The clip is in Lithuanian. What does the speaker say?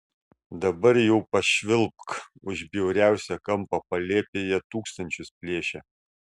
dabar jau pašvilpk už bjauriausią kampą palėpėje tūkstančius plėšia